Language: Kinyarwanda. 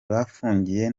bafungiye